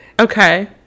Okay